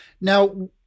Now